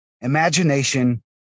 imagination